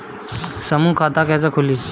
समूह खाता कैसे खुली?